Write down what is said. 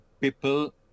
people